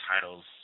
titles